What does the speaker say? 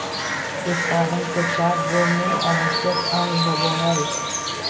उत्पादन के चार गो मूल आवश्यक अंग होबो हइ